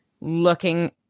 looking